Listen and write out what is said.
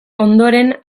ondoren